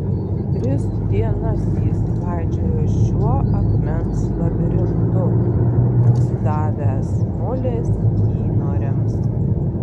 tris dienas jis klaidžiojo šiuo akmens labirintu atsidavęs mulės įnoriams